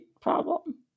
problem